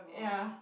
ya